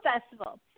Festival